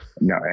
No